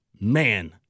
man